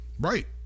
Right